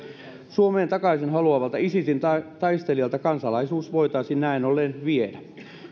suomeen takaisin haluavalta isisin taistelijalta kansalaisuus voitaisiin näin ollen viedä